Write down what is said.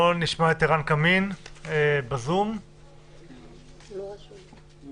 לכל אירוע שמסלים, לכל אירוע שיש בו